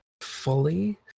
fully